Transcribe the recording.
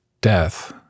death